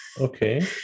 okay